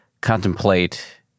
contemplate